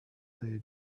they